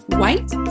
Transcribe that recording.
white